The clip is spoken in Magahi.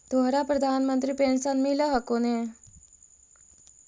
तोहरा प्रधानमंत्री पेन्शन मिल हको ने?